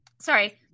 sorry